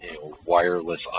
wireless